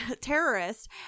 terrorist